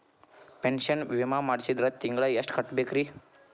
Pension ವಿಮಾ ಮಾಡ್ಸಿದ್ರ ತಿಂಗಳ ಎಷ್ಟು ಕಟ್ಬೇಕ್ರಿ?